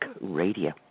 Radio